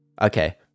okay